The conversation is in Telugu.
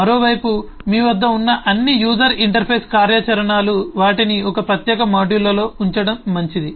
మరోవైపు మీ వద్ద ఉన్న అన్ని యూజర్ ఇంటర్ఫేస్ కార్యాచరణలు వాటిని ఒకే ప్రత్యేక మాడ్యూల్లో ఉంచడం మంచిది